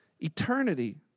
eternity